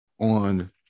on